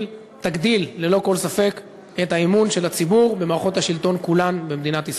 תגדיל ללא כל ספק את אמון הציבור במערכות השלטון כולן במדינת ישראל.